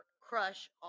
crush